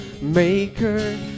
Maker